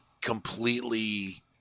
completely